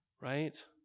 right